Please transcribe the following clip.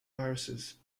viruses